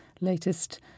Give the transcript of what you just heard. latest